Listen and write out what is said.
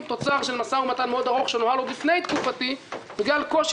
ודנו בנושא הזה.